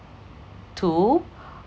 two